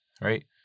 right